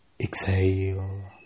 Exhale